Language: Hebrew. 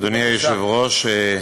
אדוני היושב-ראש,